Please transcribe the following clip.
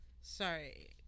Sorry